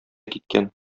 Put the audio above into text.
киткән